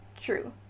True